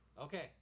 okay